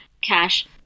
cash